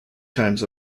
times